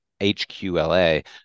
HQLA